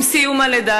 עם סיום הלידה,